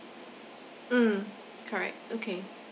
mm correct okay